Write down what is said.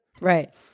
Right